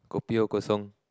Kopi O kosong